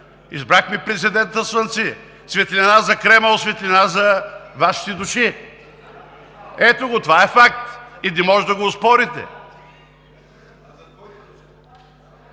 Избрахме президентът слънце, светлина за Кремъл, светлина за Вашите души. Ето, това е факт и не може да го оспорите.